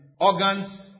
organs